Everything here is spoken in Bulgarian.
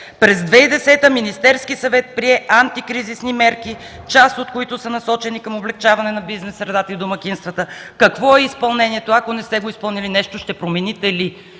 „През 2010 г. Министерският съвет прие антикризисни мерки, част от които са насочени към облекчаване на бизнес средата и домакинствата. Какво е изпълнението? Ако не сте го изпълнили, нещо ще промените ли?”